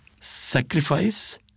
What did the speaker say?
sacrifice